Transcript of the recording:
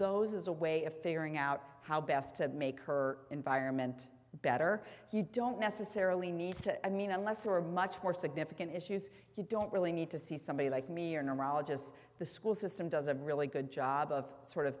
those as a way of figuring out how best to make her environment better you don't necessarily need to i mean unless you are much more significant issues you don't really need to see somebody like me or neurologists the school system does a really good job of sort of